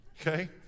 okay